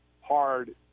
hard